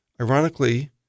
Ironically